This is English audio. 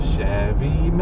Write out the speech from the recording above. Chevy